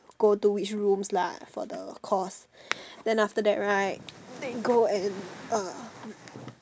go to which rooms lah for the course then after that right they go and uh